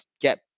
get